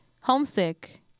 homesick